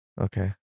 Okay